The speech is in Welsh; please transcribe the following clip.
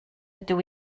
ydw